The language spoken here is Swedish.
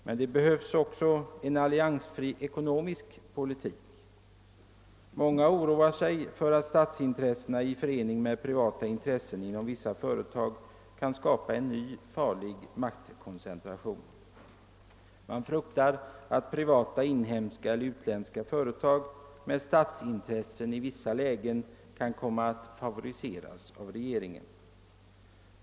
Men det behövs också en alliansfri ekonomisk politik. Många oroar sig för att statsintressen i förening med privata intressen inom vissa företag kan skapa en ny, farlig maktkoncentration. Många fruktar att privata inhemska eller utländska företag med statsintressen i vissa lägen kan komma att favoriseras av regeringen.